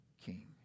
king